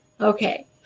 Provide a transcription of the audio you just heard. okay